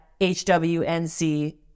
hwnc